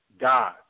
God